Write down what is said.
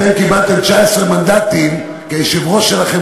אתם קיבלתם 19 מנדטים כי היושב-ראש שלכם